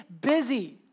busy